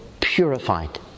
purified